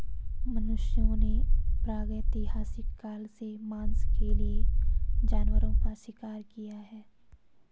मनुष्यों ने प्रागैतिहासिक काल से मांस के लिए जानवरों का शिकार किया है